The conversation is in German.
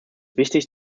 wichtig